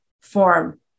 form